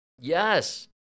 Yes